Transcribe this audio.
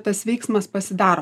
tas veiksmas pasidaro